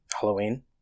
halloween